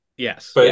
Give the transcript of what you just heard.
Yes